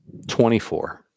24